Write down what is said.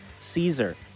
Caesar